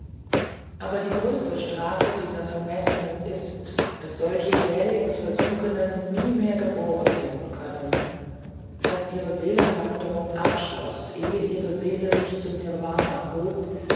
aber die größte strafe dieser vermessenen ist daß solche jählings versunkenen nie mehr geboren werden können daß ihre seelenwanderung abschloß ehe ihre seele sich zum nirwana hob